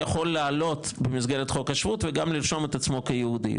יכול לעלות במסגרת חוק השבות וגם לרשום את עצמו כיהודי,